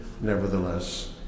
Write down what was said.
nevertheless